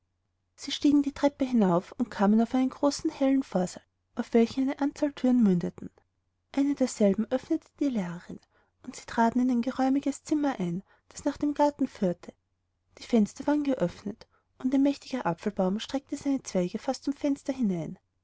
sie stiegen eine treppe hinauf und kamen auf einen großen hellen vorsaal auf welchem eine anzahl thüren mündeten eine derselben öffnete die lehrerin und sie traten in ein geräumiges zimmer ein das nach dem garten führte die fenster waren geöffnet und ein mächtiger apfelbaum streckte seine zweige fast zum fenster hinein